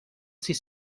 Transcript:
sis